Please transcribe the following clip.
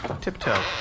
tiptoe